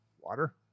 Water